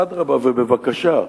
אדרבה ובבקשה,